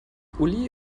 uli